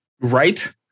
right